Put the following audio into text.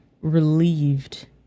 relieved